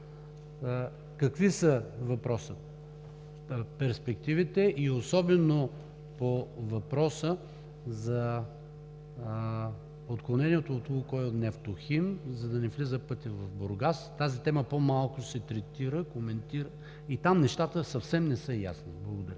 Какви са перспективите и особено по въпроса за отклонението от Лукойл-Нефтохим, за да не влиза пътят в Бургас? Тази тема по-малко се третира и коментира, и там нещата съвсем не са ясни. Благодаря.